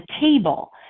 table